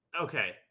Okay